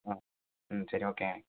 ஆ ம் சரி ஓகேங்கண்ணே